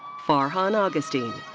farhan augustine.